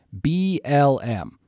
BLM